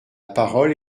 parole